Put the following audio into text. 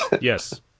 Yes